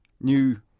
new